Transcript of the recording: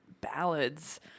ballads